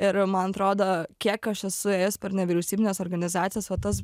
ir man atrodo kiek aš esu ėjus per nevyriausybines organizacijas va tas